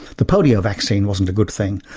the polio vaccine wasn't a good thing,